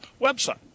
website